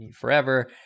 forever